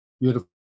Beautiful